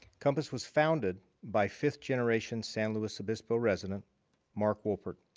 compass was founded by fifth-generation san luis obispo resident mark woolpert.